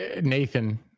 Nathan